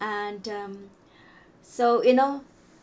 and um so you know